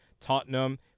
Tottenham